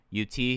UT